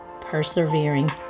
persevering